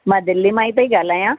मां दिल्ली मां ई पई ॻाल्हायां